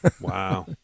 Wow